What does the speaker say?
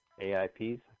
AIPs